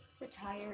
Retired